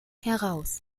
heraus